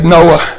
Noah